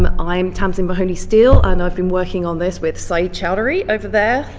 um i'm tamsyn mahoney-steel and i've been working on this with sayeed choudhury over there